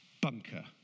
bunker